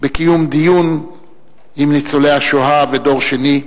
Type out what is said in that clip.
בקיום דיון עם ניצולי השואה והדור השני,